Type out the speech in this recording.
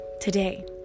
today